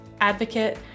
advocate